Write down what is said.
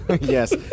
Yes